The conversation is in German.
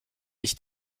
ich